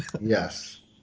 Yes